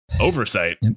Oversight